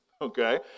Okay